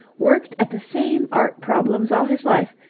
worked at the same art problems all his life,